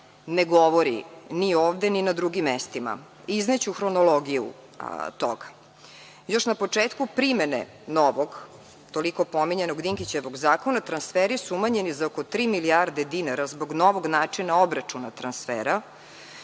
ne govori, ni ovde, ni na drugim mestima. Izneću hronologiju toga. Još na početku primene novog toliko pominjanog Dinkićevog zakona transferi su umanjeni za oko tri milijarde dinara zbog novog načina obračuna transfera